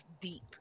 deep